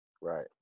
Right